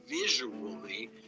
visually